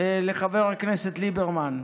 לחבר הכנסת ליברמן.